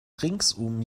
ringsum